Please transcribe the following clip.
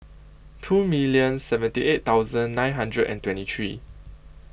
two minute seventy eight thousand nine hundred and twenty three